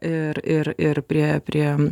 ir ir ir priėjo prie